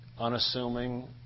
unassuming